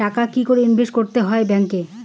টাকা কি করে ইনভেস্ট করতে হয় ব্যাংক এ?